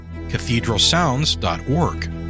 cathedralsounds.org